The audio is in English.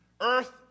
earth